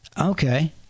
Okay